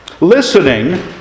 Listening